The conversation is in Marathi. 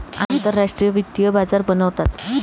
आंतरराष्ट्रीय वित्तीय बाजार बनवतात